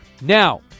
now